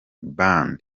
ban